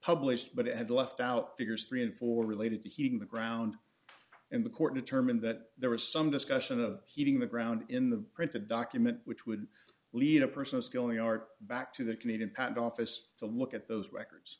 published but it had left out figures three dollars and four dollars related to heating the ground and the court determined that there was some discussion of heating the ground in the printed document which would lead a person scaling art back to the canadian patent office to look at those records